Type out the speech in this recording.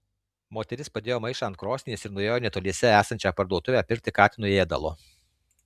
moteris padėjo maišą ant krosnies ir nuėjo į netoliese esančią parduotuvę pirkti katinui ėdalo